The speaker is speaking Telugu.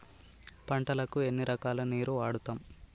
పంటలకు ఎన్ని రకాల నీరు వాడుతం?